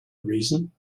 reason